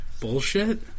bullshit